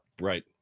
right